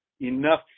enough